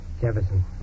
Jefferson